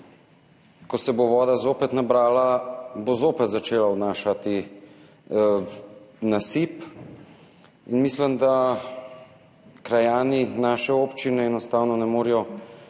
ko se bo voda zopet nabrala, bo zopet začela odnašati nasip in mislim, da krajani naše občine enostavno ne morejo čakati